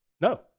No